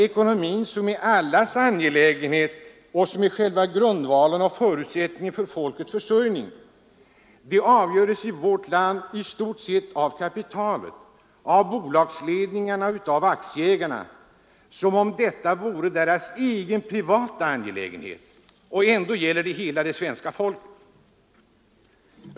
Ekonomin, som är allas angelägenhet och som är själva grundvalen och förutsättningen för folkets försörjning, avgörs i stort sett av kapitalet, av bolagsledningarna och av aktieägarna, som om detta vore deras privata angelägenhet, och ändå berör det hela svenska folket.